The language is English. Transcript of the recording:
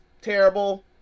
terrible